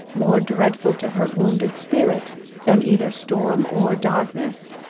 more dreadful to her wounded spirit than either storm or darkness,